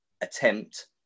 attempt